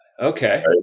okay